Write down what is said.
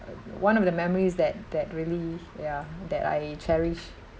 one of the memories that that really ya that I cherish